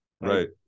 Right